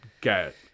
get